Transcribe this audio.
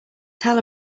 tell